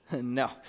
No